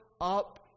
up